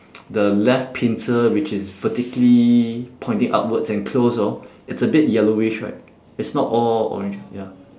the left pincer which is vertically pointing upwards and closed hor it's a bit yellowish right it's not all orange ah ya